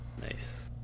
Nice